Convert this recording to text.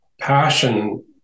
passion